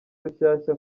rushyashya